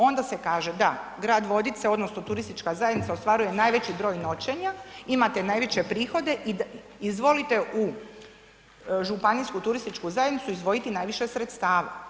Onda se kaže da, grad Vodice odnosno turistička zajednica ostvaruje najveći broj noćenja, imate najveće prihode i izvolite u županijsku turističku zajednicu izdvojiti najviše sredstava.